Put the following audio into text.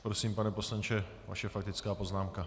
Prosím, pane poslanče, vaše faktická poznámka.